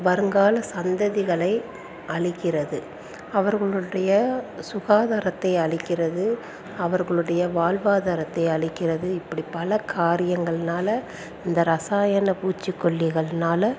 வருங்கால சந்ததிகளை அழிக்கிறது அவர்களுடைய சுகாதாரத்தை அழிக்கிறது அவர்களுடைய வாழ்வாதாரத்தை அழிக்கிறது இப்படி பல காரியங்கள்னால் இந்த ரசாயன பூச்சிக்கொல்லிகள்னால்